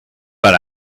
but